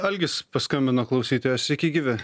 algis paskambino klausytojas sveiki gyvi